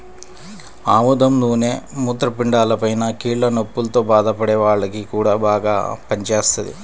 ఆముదం నూనె మూత్రపిండాలపైన, కీళ్ల నొప్పుల్తో బాధపడే వాల్లకి గూడా బాగా పనిజేత్తది